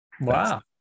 Wow